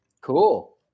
cool